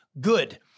good